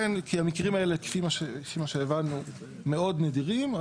המקרים הללו, לפי מה שהובן, הם מאוד נדירים.